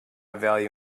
value